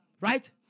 Right